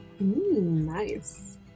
nice